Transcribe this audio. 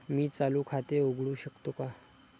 मी चालू खाते उघडू शकतो का?